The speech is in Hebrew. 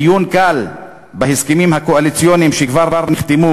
עיון קל בהסכמים הקואליציוניים שכבר נחתמו